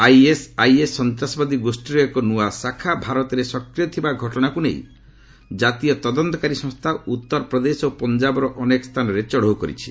ISIS ସନ୍ତାସବାଦୀ ଗୋଷ୍ଠୀର ଏକ ନୂଆ ଶାଖା ଭାରତରେ ସକ୍ରିୟ ଥିବା ଘଟଶାକୁ ନେଇ କାତୀୟ ତଦନ୍ତକାରୀ ସଂସ୍କା ଉଉରପ୍ରଦେଶ ଓ ପଞ୍ଜାବର ଅନେକ ସ୍ଥାନରେ ଚଢ଼ଉ କରିଛି